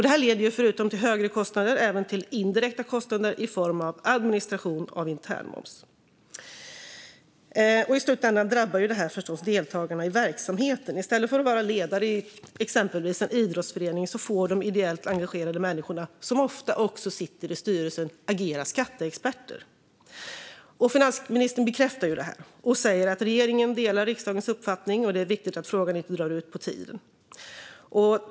Detta leder förutom till högre kostnader även till indirekta kostnader för administration av internmoms. I slutändan drabbar detta förstås deltagarna i verksamheten. I stället för att vara ledare i exempelvis en idrottsförening får de ideellt engagerade människorna, som ofta också sitter i styrelsen, agera skatteexperter. Finansministern bekräftar detta och säger att regeringen delar riksdagens uppfattning och att det är viktigt att frågan inte drar ut på tiden.